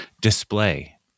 display